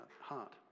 heart